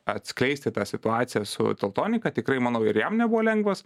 atskleisti tą situaciją su teltonika tikrai manau ir jam nebuvo lengvas